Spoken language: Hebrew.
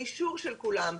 באישור של כולם,